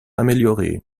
améliorée